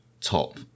top